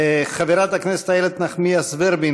חברת הכנסת איילת נחמיאס ורבין,